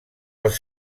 els